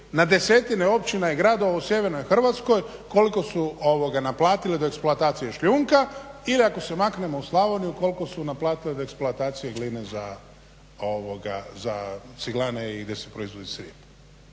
na desetine općina i gradova u sjevernoj Hrvatskoj koliko su, ovoga naplatiti od eksploatacije šljunka ili ako se maknemo u Slavoniju koliko su naplatili od eksploatacije gline za ovoga, za ciglane i gdje se proizvodi crijep.